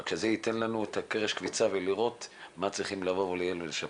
רק שזה ייתן לנו את קרש הקפיצה ולראות מה צריכים לבוא ולייעל ולשפר.